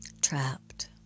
trapped